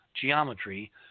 geometry